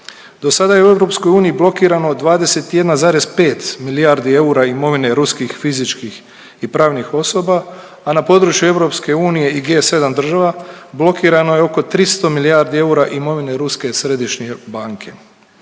Europskoj uniji blokirano 21,5 milijardi eura imovine ruskih fizičkih i pravnih osoba, a na području Europske unije i G7 država blokirano je oko 300 milijardi eura imovine Ruske središnje banke.